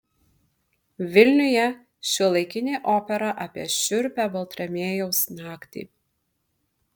vilniuje šiuolaikinė opera apie šiurpią baltramiejaus naktį